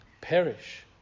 perish